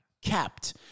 kept